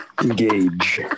Engage